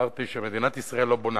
אמרתי שמדינת ישראל לא בונה.